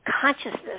consciousness